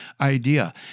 idea